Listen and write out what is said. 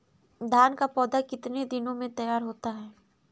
धान का पौधा कितने दिनों में तैयार होता है?